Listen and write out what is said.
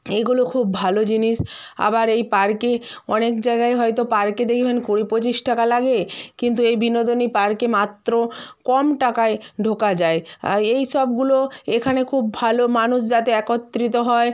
এইগুলো খুব ভালো জিনিস আবার এই পার্কে অনেক জায়গায় হয়তো পার্কে দেখবেন কুড়ি পঁচিশ টাকা লাগে কিন্তু এই বিনোদনী পার্কে মাত্র কম টাকায় ঢোকা যায় এই সবগুলো এখানে খুব ভালো মানুষ যাতে একত্রিত হয়